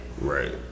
right